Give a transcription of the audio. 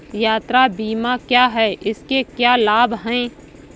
यात्रा बीमा क्या है इसके क्या लाभ हैं?